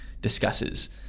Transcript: discusses